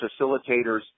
facilitators